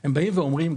הם באים ואומרים,